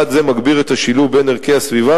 צעד זה מגביר את השילוב בין ערכי הסביבה